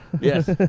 Yes